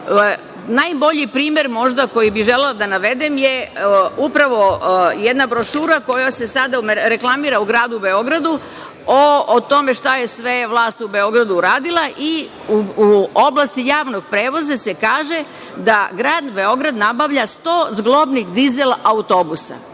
primer, možda, koji bi želela da navedem je upravo jedna brošura koja se sada reklamira u gradu Beogradu o tome šta je sve vlast u Beogradu uradila. U oblasti javnog prevoza se kaže da grad Beograd nabavlja 100 zglobnih dizel autobusa.